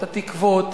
את התקוות.